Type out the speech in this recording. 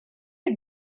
you